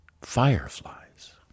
fireflies